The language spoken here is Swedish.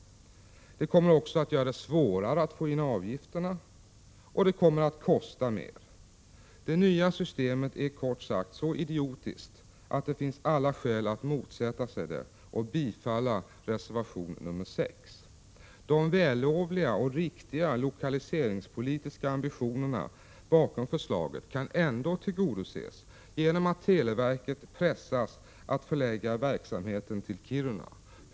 Det kommer att bli svårare att få in avgifterna, och det kommer att kosta mer. Det nya systemet är kort sagt så idiotiskt att det finns alla skäl att motsätta sig det och bifalla reservation nr 6. De vällovliga och riktiga lokaliseringspolitiska ambitionerna bakom förslaget kan ändå tillgodoses genom att televerket pressas att förlägga verksamheten till Kiruna.